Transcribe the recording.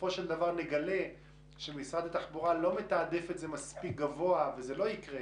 בסופו של דבר נגלה שמשרד התחבורה לא מתעדף את זה מספיק גבוה וזה לא יקרה